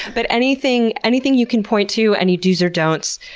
but anything anything you can point to? any do's or don'ts?